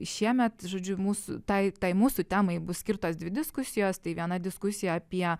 šiemet žodžiu mūsų tai tai mūsų temai bus skirtos dvi diskusijos tai viena diskusija apie